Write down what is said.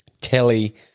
Telly